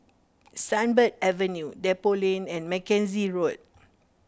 Sunbird Avenue Depot Lane and Mackenzie Road